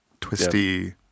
twisty